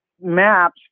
maps